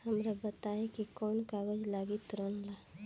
हमरा बताई कि कौन कागज लागी ऋण ला?